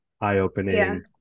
eye-opening